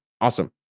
awesome